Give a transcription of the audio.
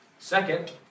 Second